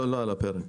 לא על הפרק.